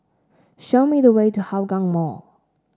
show me the way to Hougang Mall